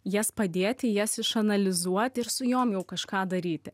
jas padėti jas išanalizuoti ir su jom jau kažką daryti